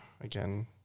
again